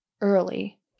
early